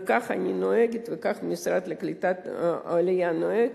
וככה אני נוהגת וכך המשרד לקליטת העלייה נוהג,